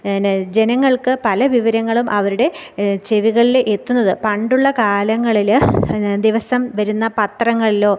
പിന്നെ ജനങ്ങൾക്ക് പല വിവരങ്ങളും അവരുടെ ചെവികളിൽ എത്തുന്നത് പണ്ടുള്ള കാലങ്ങളിൽ ദിവസം വരുന്ന പത്രങ്ങളിലോ